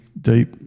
deep